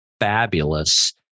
fabulous